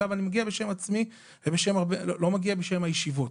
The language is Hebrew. אגב, אני מגיע בשם עצמי ולא בשם הישיבות.